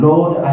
Lord